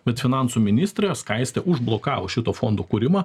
bet finansų ministrė skaistė užblokavo šito fondo kūrimą